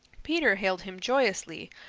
peter hailed him joyously,